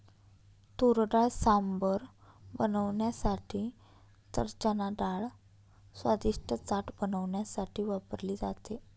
तुरडाळ सांबर बनवण्यासाठी तर चनाडाळ स्वादिष्ट चाट बनवण्यासाठी वापरली जाते